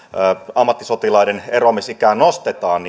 ammattisotilaiden eroamis ikää nostetaan